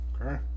okay